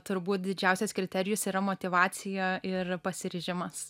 turbūt didžiausias kriterijus yra motyvacija ir pasiryžimas